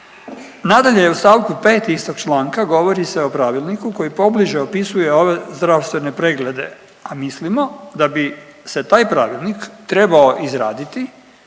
Nadalje u stavku 5. istog članka govori se o pravilniku koji pobliže opisuje ove zdravstvene preglede, a mislimo da bi se taj pravilnik trebao izraditi